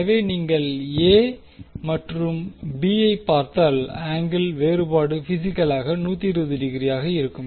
எனவே நீங்கள் எ மற்றும் பி ஐப் பார்த்தால் ஆங்கிள் வேறுபாடு பிசிக்கலாக 120 டிகிரியாக இருக்கும்